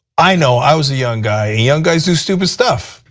i know, i was a young guy and young guys do stupid stuff.